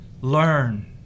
learn